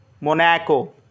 Monaco